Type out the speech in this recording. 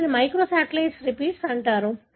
వీటిని microsatellite repeats అంటారు